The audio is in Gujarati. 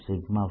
D dVfree dV D